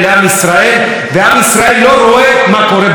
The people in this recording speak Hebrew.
אני חוזר, חברים: זה נאום של שלוש דקות.